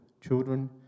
children